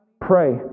Pray